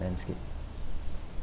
landscape